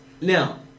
Now